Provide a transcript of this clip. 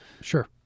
Sure